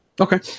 Okay